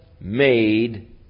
made